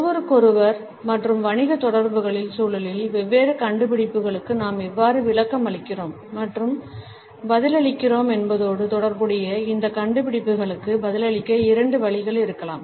ஒருவருக்கொருவர் மற்றும் வணிக தொடர்புகளின் சூழலில் வெவ்வேறு கண்டுபிடிப்புகளுக்கு நாம் எவ்வாறு விளக்கம் அளிக்கிறோம் மற்றும் nIபதிலளிக்கிறோம் என்பதோடு தொடர்புடைய இந்த கண்டுபிடிப்புகளுக்கு பதிலளிக்க இரண்டு வழிகள் இருக்கலாம்